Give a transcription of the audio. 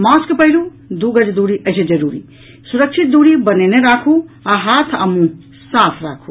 mask पहिरू दू गज दूरी अछि जरूरी सुरक्षित दूरी बनौने राखू आ हाथ आ मुंह साफ राखू